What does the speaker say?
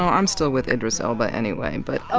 i'm still with idris elba anyway. but, ah